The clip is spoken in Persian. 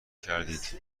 کردید